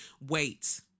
wait